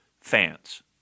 fans